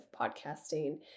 podcasting